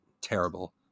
terrible